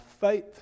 faith